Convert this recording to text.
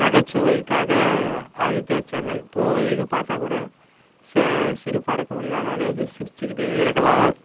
நகைச்சுவைக்காக Aditya channel பொழுதனிக்கும் பார்த்தா கூட சிரிப்பை அடக்க முடியாத அளவுக்கு சிரித்து கிட்டே இருக்கலாம்